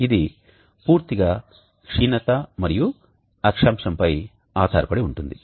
ఇది పూర్తిగా క్షీణత మరియు అక్షాంశంపై ఆధారపడి ఉంటుంది